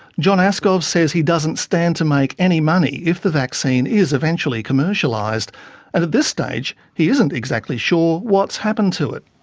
john aaskov says he doesn't stand to make any money if the vaccine vaccine is eventually commercialised, and at this stage he isn't exactly sure what's happened to it.